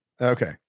Okay